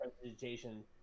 presentation